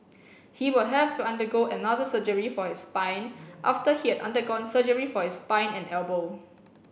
he will have to undergo another surgery for his spine after he had undergone surgery for his spine and elbow